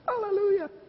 Hallelujah